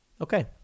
Okay